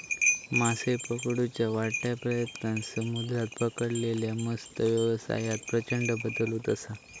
मासे पकडुच्या वाढत्या प्रयत्नांन समुद्रात पकडलेल्या मत्सव्यवसायात प्रचंड बदल होत असा